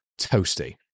toasty